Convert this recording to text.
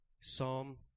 Psalm